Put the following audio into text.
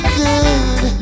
good